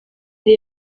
yari